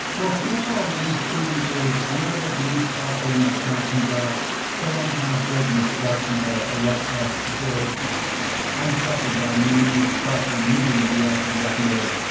so far what we've seen is whenever there's a new platform that kind of comes out, someone kind of builds an abstraction to let us build on top of that new platform using react or react native.